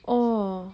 oh